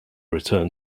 return